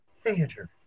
theater